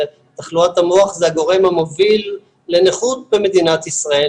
תחלואת המוח זה הגורם המוביל לנכות במדינת ישראל,